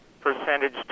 percentage